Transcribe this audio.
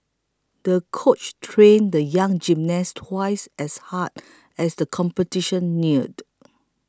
the coach trained the young gymnast twice as hard as the competition neared